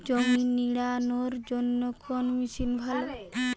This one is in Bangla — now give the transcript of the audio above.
জমি নিড়ানোর জন্য কোন মেশিন ভালো?